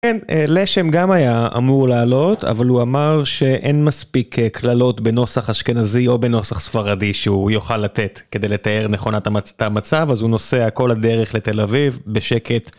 לשם גם היה אמור לעלות אבל הוא אמר שאין מספיק קללות בנוסח אשכנזי או בנוסח ספרדי שהוא יוכל לתת כדי לתאר נכונה את המצב אז הוא נוסע כל הדרך לתל אביב בשקט.